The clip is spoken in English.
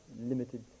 limited